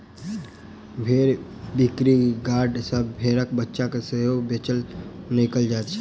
भेंड़ बिक्री यार्ड सॅ भेंड़क बच्चा के सेहो बेचल, किनल जाइत छै